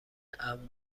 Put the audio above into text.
امن